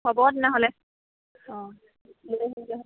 হ'ব তেনেহ'লে অঁ অনুপম চেতিয়া হয়